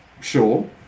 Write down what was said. sure